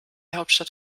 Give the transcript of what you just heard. hauptstadt